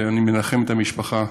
אני מנחם את המשפחה,